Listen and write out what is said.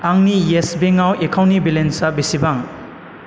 आंनि इयेस बेंकआव एकाउन्टनि बेलेन्सा बेसेबां